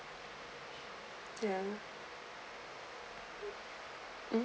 ya mm